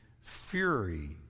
fury